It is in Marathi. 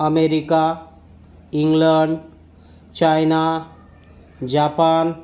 America England China Japan